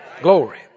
Glory